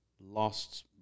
lost